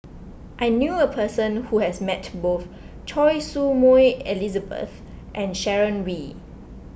I knew a person who has met both Choy Su Moi Elizabeth and Sharon Wee